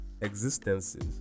existences